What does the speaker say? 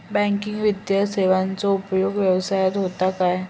Banking वित्तीय सेवाचो उपयोग व्यवसायात होता काय?